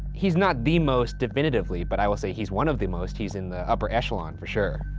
he's not the most definitively, but i will say he's one of the most. he's in the upper echelon for sure.